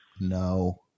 No